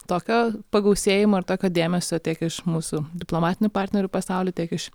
tokio pagausėjimo ir tokio dėmesio tiek iš mūsų diplomatinių partnerių pasauly tiek iš